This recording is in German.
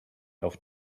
auf